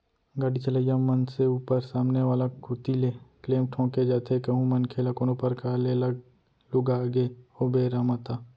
गाड़ी चलइया मनसे ऊपर सामने वाला कोती ले क्लेम ठोंके जाथे कहूं मनखे ल कोनो परकार ले लग लुगा गे ओ बेरा म ता